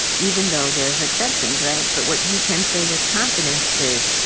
even though there's exceptions, right? but what you can say with confidence is,